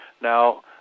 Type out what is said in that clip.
Now